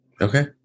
Okay